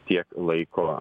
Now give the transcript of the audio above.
tiek laiko